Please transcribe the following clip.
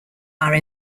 are